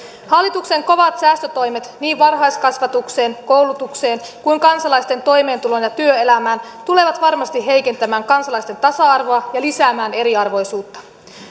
hallituksen kovat säästötoimet niin varhaiskasvatukseen koulutukseen kuin kansalaisten toimeentuloon ja työelämään tulevat varmasti heikentämään kansalaisten tasa arvoa ja lisäämään eriarvoisuutta